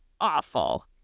awful